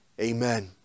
Amen